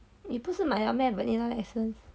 你不是买 liao meh vanilla essence